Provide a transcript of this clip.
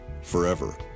forever